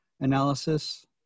analysis